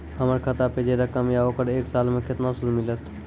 हमर खाता पे जे रकम या ओकर एक साल मे केतना सूद मिलत?